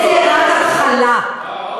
זה כסף שלהם, לא שלך.